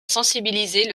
sensibiliser